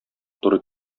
туры